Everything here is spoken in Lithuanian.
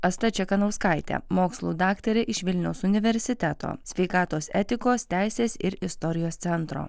asta čekanauskaitė mokslų daktarė iš vilniaus universiteto sveikatos etikos teisės ir istorijos centro